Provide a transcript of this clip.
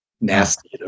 nasty